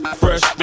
fresh